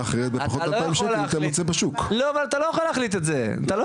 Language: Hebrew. אחרת בפחות 2,000 ₪ אם תמצא כזו בשוק.